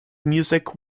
music